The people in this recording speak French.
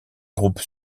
groupes